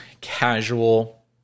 casual